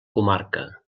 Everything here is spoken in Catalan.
comarca